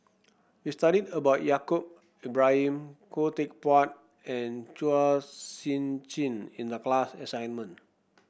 we studied about Yaacob Ibrahim Khoo Teck Puat and Chua Sian Chin in the class assignment